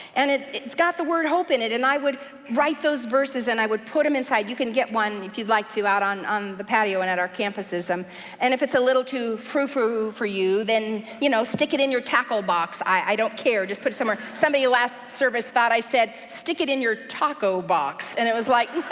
and it's got the word hope in it, and i would write those verses, and i would put em inside. you can get one, if you'd like to, out on on the patio, and at our campuses, um and if it's a little too froufrou for you, then you know stick it in your tackle box. i don't care. just put it somewhere. somebody last service thought i said stick it in your taco box, and it was like